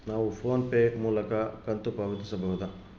ನಾವು PhonePe ಮೂಲಕ ಕಂತು ಪಾವತಿಸಬಹುದಾ?